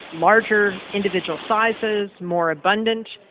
larger individual sizes, more abundant.